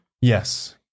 Yes